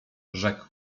rzekł